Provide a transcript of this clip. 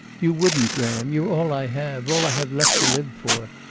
you wouldn't, graham. you're all i have. all i have left to live for.